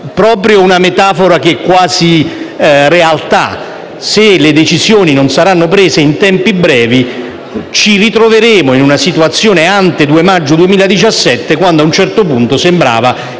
Proprio una metafora che è quasi realtà: se le decisioni non saranno prese in tempi brevi, ci ritroveremo in una situazione *ante* 2 maggio 2017, quando a un certo punto sembrava